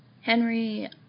Henry